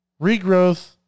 Regrowth